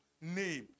name